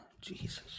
Jesus